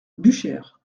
buchères